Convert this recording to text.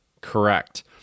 correct